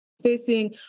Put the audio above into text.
facing